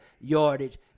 yardage